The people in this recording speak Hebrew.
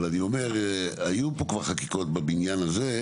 אבל אני אומר, היו פה כבר חקיקות בבניין הזה,